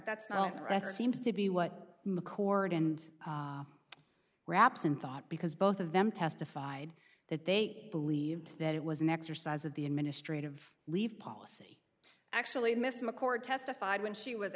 that's not right seems to be what mccord and wraps and thought because both of them testified that they believed that it was an exercise of the administrative leave policy actually miss mccord testified when she was